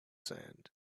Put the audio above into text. sand